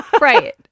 right